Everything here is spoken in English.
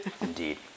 Indeed